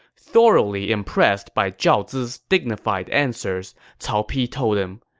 thoroughly impressed by zhao zi's dignified answers, cao pi told him,